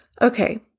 Okay